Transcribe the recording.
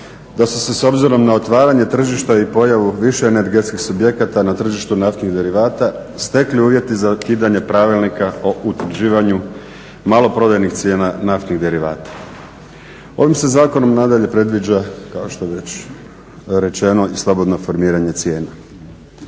da su se s obzirom na otvaranje tržišta i pojavu više energetskih subjekata na tržištu naftnih derivata stekli uvjeti za ukidanje Pravilnika o utvrđivanju maloprodajnih cijena naftnih derivata. Ovim se zakonom nadalje predviđa kao što je već rečeno i slobodno formiranje cijena.